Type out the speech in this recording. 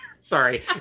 Sorry